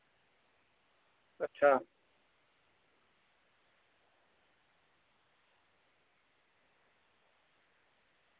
अच्छा